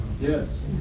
Yes